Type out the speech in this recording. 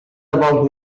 about